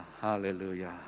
hallelujah